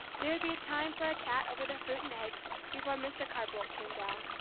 there would be time for a chat over their fruit and eggs before mr. carr-bolt came down,